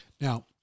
Now